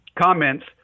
comments